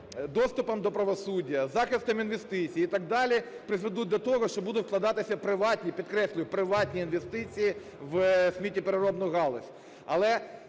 доступом до правосуддя, захистом інвестицій і так далі призведуть до того, що будуть вкладатися приватні, підкреслюю, приватні інвестиції в сміттєпереробну галузь.